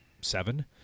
seven